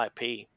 IP